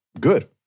good